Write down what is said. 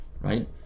right